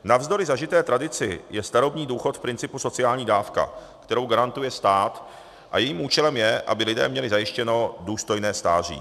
Navzdory zažité tradici je starobní důchod v principu sociální dávka, kterou garantuje stát, a jejím účelem je, aby lidé měli zajištěno důstojné stáří.